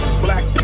black